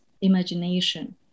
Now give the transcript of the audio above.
imagination